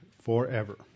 forever